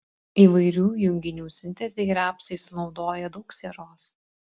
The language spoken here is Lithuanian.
įvairių junginių sintezei rapsai sunaudoja daug sieros